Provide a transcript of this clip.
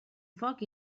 foc